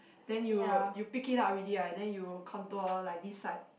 then you you pick it up already right then you contour like this side